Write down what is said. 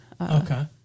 Okay